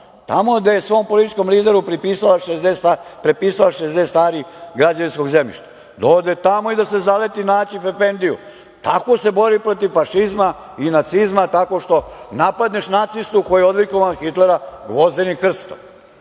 Tamo gde je svom političkom lideru pripisala 60 ari građevinskog zemljišta, da ode tamo i da se zaleti na Aćif Efendiju. Tako se bori protiv fašizma i nacizma, tako što napadneš nacistu koji je odlikovao Hitlera gvozdenim krstom,